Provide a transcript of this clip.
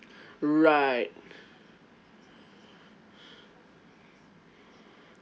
right